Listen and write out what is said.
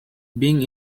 being